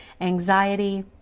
anxiety